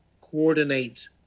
coordinate